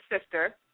sister